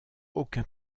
aucun